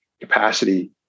capacity